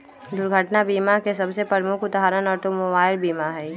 दुर्घटना बीमा के सबसे प्रमुख उदाहरण ऑटोमोबाइल बीमा हइ